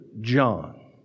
John